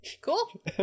Cool